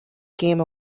game